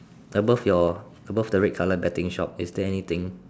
above your above the red colour betting shop is there anything